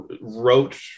wrote